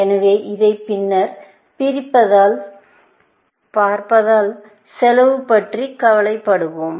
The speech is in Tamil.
எனவே இதைப் பின்னர் பார்ப்பதால் செலவு பற்றி கவலைப் படுவோம்